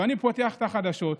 אני פותח חדשות,